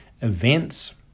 events